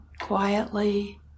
quietly